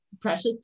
precious